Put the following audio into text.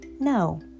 No